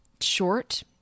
short